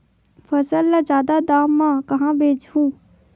फसल ल जादा दाम म कहां बेचहु?